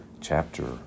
Chapter